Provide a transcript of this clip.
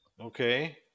Okay